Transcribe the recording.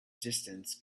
distance